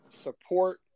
support